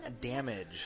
damage